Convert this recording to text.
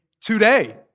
today